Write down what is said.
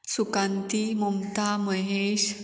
Sukanti Mamata Mahesh